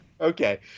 Okay